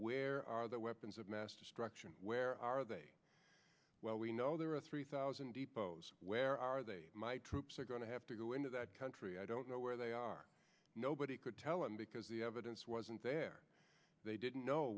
where are the weapons of mass destruction where are they well we know there are three thousand depots where are my troops are going to have to go into that country i don't know where they are nobody could tell him because the evidence wasn't there they didn't know